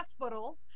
hospital